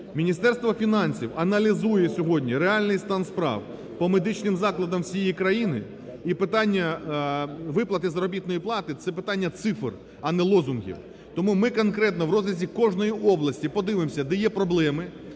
Міністерство фінансів аналізує сьогодні реальний стан справ по медичним закладам всієї країни і питання виплати заробітної плати – це питання цифр, а не лозунгів. Тому ми конкретно в розрізі кожної області подивимося, де є проблеми.